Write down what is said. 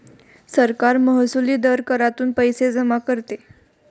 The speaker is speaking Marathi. सरकार महसुली दर करातून पैसे जमा करते